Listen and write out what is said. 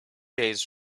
days